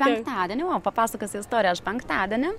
penktadienį vo papasakosiu istoriją aš penktadienį